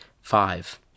Five